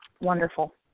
Wonderful